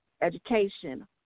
education